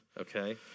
Okay